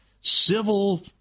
civil